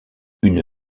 une